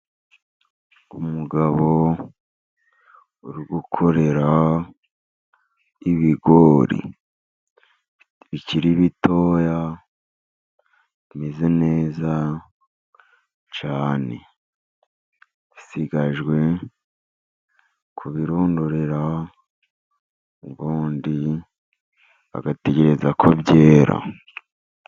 Umugabo uri gukorera ibigori bikiri bitoya, bimeze neza cyane. Bisigajwe kubirundurira, ubundi bagategereza ko byera.